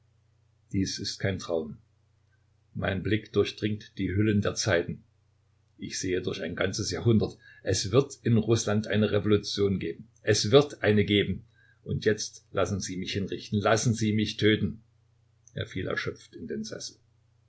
dies ist kein traum mein blick durchdringt die hüllen der zeiten ich sehe durch ein ganzes jahrhundert es wird in rußland eine revolution geben es wird eine geben und jetzt lassen sie mich hinrichten lassen sie mich töten er fiel erschöpft in den sessel